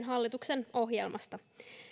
hallituksen ohjelmasta